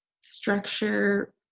structure